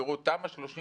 תראו, תמ"א 38